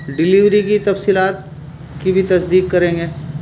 delivery کی تفصیلات کی بھی تصدیق کریں گے